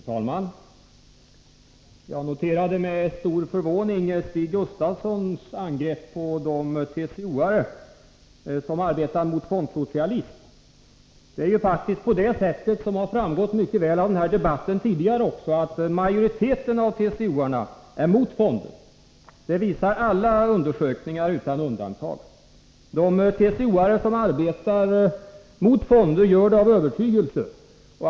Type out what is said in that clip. Fru talman! Jag noterade med stor förvåning Stig Gustafssons angrepp på de TCO:are som arbetar mot fondsocialism. Som mycket väl har framgått av den tidigare debatten här är majoriteten av TCO-medlemmarna motståndare till fonderna. Det visar alla undersökningar utan undantag. De TCO:are som arbetar mot fonder gör det av övertygelse.